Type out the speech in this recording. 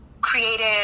creative